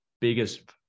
biggest